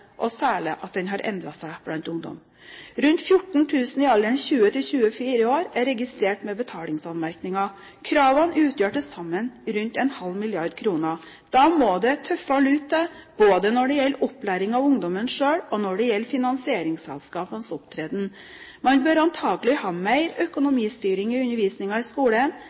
særlig at den har endret seg blant ungdom. Rundt 14 000 i alderen 20–24 år er registrert med betalingsanmerkninger. Kravene utgjør til sammen rundt en halv milliard kroner. Da må det skarpere lut til både når det gjelder opplæring av ungdommene selv, og når det gjelder finansieringsselskapenes opptreden. Man bør antakelig ha mer økonomistyring i undervisningen i skolen,